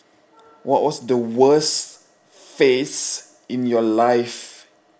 what was the worst phase in your life